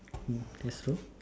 that's true